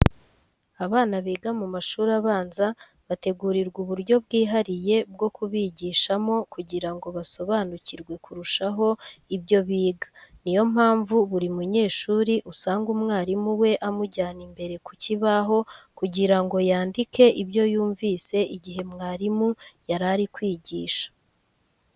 Abana biga mu mashuri abanza bategurirwa uburyo bwihariye bwo kubigishamo kugira ngo basobanukirwe kurushaho ibyo biga. Ni yo mpamvu buri munyeshuri usanga umwarimu we amujyana imbere ku kibaho kugira ngo yandike ibyo yumvise igihe mwarimu yari ari kwigisha.